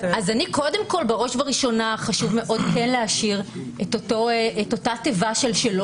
בראש ובראשונה חשוב מאוד כן להשאיר את אותה תיבה "שלא